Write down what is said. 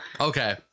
Okay